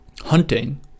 hunting